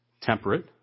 temperate